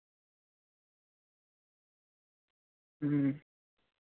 ᱦᱩᱸ